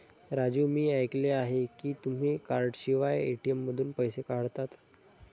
राजू मी ऐकले आहे की तुम्ही कार्डशिवाय ए.टी.एम मधून पैसे काढता